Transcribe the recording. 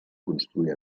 construir